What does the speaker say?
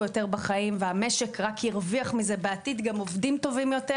יותר בחיים והמשק רק ירוויח מזה בעתיד גם עובדים טובים יותר,